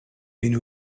vin